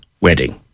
wedding